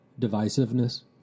divisiveness